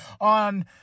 on